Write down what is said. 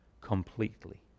completely